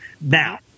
now